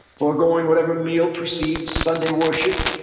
forgoing whatever meal precedes sunday worship.